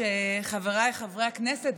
חבריי חברי הכנסת,